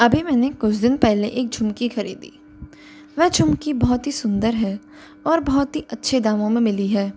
अभी मैंने कुछ दिन पहले एक झुमकी ख़रीदी वह झुमकी बहुत ही सुन्दर है और बहुत ही अच्छे दामों में मिली है